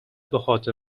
بخاطر